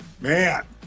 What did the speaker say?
Man